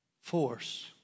force